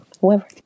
whoever